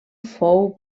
fou